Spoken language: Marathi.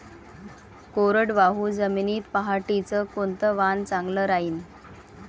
कोरडवाहू जमीनीत पऱ्हाटीचं कोनतं वान चांगलं रायीन?